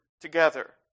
together